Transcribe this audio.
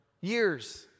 Years